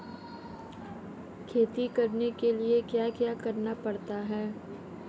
खेती करने के लिए क्या क्या करना पड़ता है?